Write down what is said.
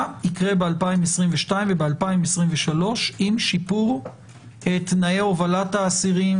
יקרה ב-2022 וב-2023 עם שיפור תנאי הובלת האסירים